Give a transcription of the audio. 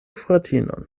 fratinon